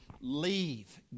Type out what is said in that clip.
Leave